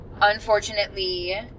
Unfortunately